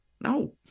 no